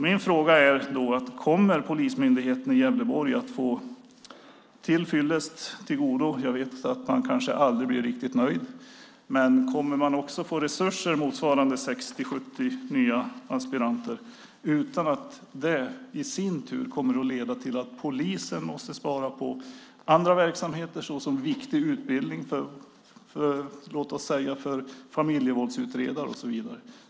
Min fråga är: Kommer Polismyndigheten i Gävleborg att få resurser motsvarande 60-70 nya aspiranter utan att det i sin tur kommer att leda till att polisen måste spara på andra verksamheter såsom viktig utbildning för till exempel familjevåldsutredare och så vidare?